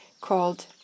called